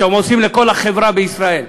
שאתם עושים לכל החברה בישראל.